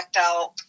out